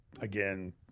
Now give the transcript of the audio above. again